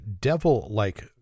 devil-like